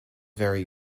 very